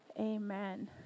Amen